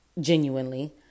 genuinely